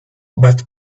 but